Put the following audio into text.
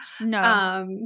No